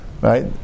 right